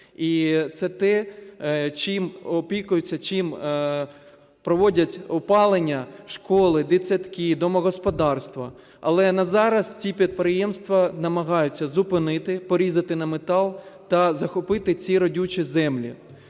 І це те, чим опікуються, чим проводять опалення школи, дитсадки, домогосподарства. Але на зараз ці підприємства намагаються зупинити, порізати на метал та захопити ці родючі землі.